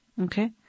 Okay